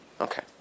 Okay